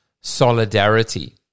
solidarity